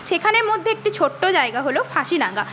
সেখানের মধ্যে একটি ছোট্ট জায়গা হলো ফাঁসিডাঙা